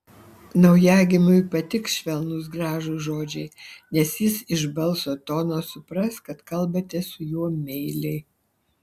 naujagimiui patiks švelnūs gražūs žodžiai nes jis iš balso tono supras kad kalbate su juo meiliai